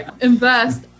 invest